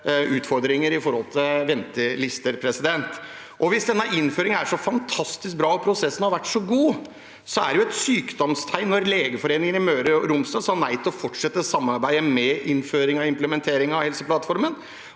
utfordringer med ventelistene. Hvis denne innføringen er så fantastisk bra og prosessen har vært så god, er det jo et sykdomstegn at Legeforeningen i Møre og Romsdal sa nei til å fortsette samarbeidet om innføring og implementering av Helseplattformen.